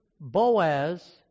Boaz